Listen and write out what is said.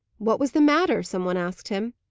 what was the matter, some one asked him.